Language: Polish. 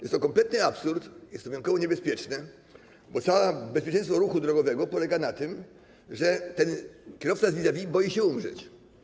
Jest to kompletny absurd, jest to wyjątkowo niebezpieczne, bo całe bezpieczeństwo ruchu drogowego opiera się na tym, że ten kierowca vis-?-vis boi się umrzeć.